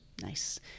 Nice